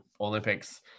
olympics